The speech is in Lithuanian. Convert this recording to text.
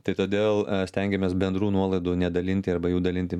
tai todėl stengiamės bendrų nuolaidų nedalinti arba jų dalinti